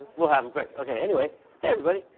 we'll have him, quick. ok, anyways. hey, everybody.